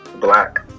black